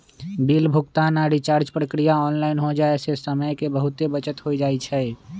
bill भुगतान आऽ recharge प्रक्रिया ऑनलाइन हो जाय से समय के बहुते बचत हो जाइ छइ